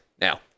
now